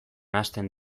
nahasten